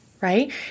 right